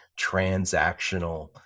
transactional